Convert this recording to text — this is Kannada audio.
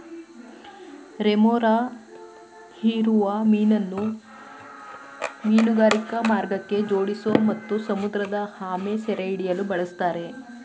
ರೆಮೊರಾ ಹೀರುವ ಮೀನನ್ನು ಮೀನುಗಾರಿಕಾ ಮಾರ್ಗಕ್ಕೆ ಜೋಡಿಸೋ ಮತ್ತು ಸಮುದ್ರಆಮೆ ಸೆರೆಹಿಡಿಯಲು ಬಳುಸ್ತಾರೆ